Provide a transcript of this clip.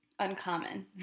uncommon